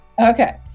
Okay